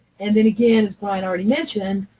and then, again, as bryan already mentioned, and